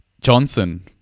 Johnson